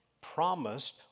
promised